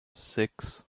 six